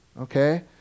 Okay